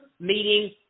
meeting